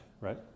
right